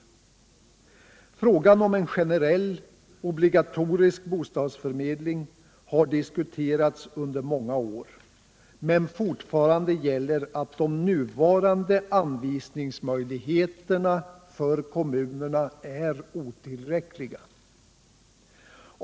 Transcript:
Frågan om en generell, obligatorisk bostadsförmedling har diskuterats under många år, men fortfarande gäller att de nuvarande anvisningsmöjligheterna för kommunerna är otillräckliga.